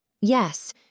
Yes